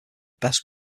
best